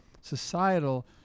societal